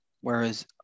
Whereas